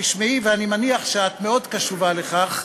תשמעי, ואני מניח שאת מאוד קשובה לכך,